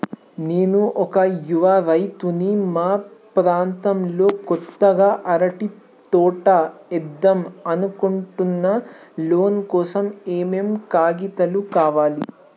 నేను ఒక యువ రైతుని మా ప్రాంతంలో కొత్తగా అరటి తోట ఏద్దం అనుకుంటున్నా లోన్ కోసం ఏం ఏం కాగితాలు కావాలే?